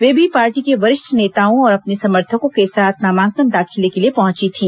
वे भी पार्टी के वरिष्ठ नेताओं और अपने समर्थकों के साथ नामांकन दाखिले के लिए पहुंची थी